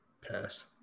Pass